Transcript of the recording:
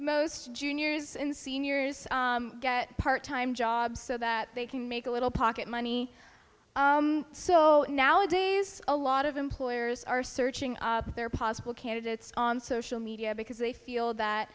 most juniors and seniors get part time jobs so that they can make a little pocket money so nowadays a lot of employers are searching their possible candidates on social media because they feel that